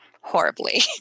horribly